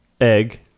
egg